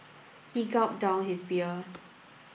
he gulped down his beer